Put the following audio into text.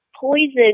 poison